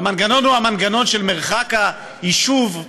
והמנגנון הוא המנגנון של מרחק היישוב,